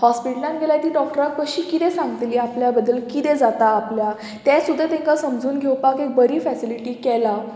हॉस्पिटलान गेल्यार ती डॉक्टराक कशी कितें सांगतली आपल्या बद्दल कितें जाता आपल्या तें सुद्दां तांकां समजून घेवपाक एक बरी फेसिलिटी केला